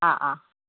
অ' অ'